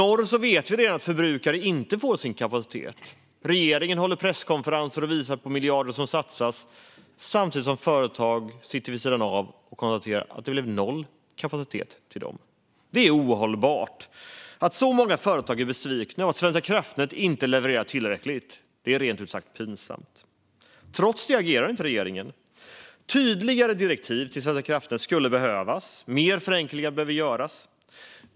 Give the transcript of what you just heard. Vi vet redan att förbrukare i norr inte får sin kapacitet. Regeringen håller presskonferenser och visar på miljarder som satsas, samtidigt som företag sitter vid sidan av och konstaterar att det blev noll kapacitet till dem. Det är ohållbart. Att så många företag är besvikna och att Svenska kraftnät inte levererar tillräckligt är rent ut sagt pinsamt. Trots det agerar inte regeringen. Tydligare direktiv till Svenska kraftnät skulle behövas. Mer förenklingar behöver göras.